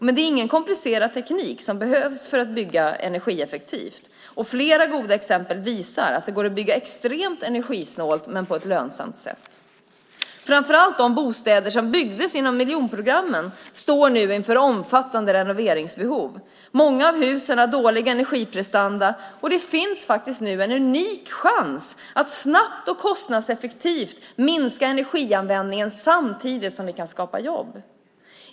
Det behövs ingen komplicerad teknik för att bygga energieffektivt. Flera goda exempel visar att det går att bygga extremt energisnålt på ett lönsamt sätt. Framför allt de bostäder som byggdes inom miljonprogrammet står nu inför omfattande renoveringsbehov. Många av husen har dålig energiprestanda. Nu finns en unik chans att snabbt och kostnadseffektivt minska energianvändningen samtidigt som vi kan skapa jobb.